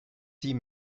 sie